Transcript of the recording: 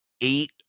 eight